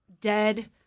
dead